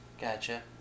Gotcha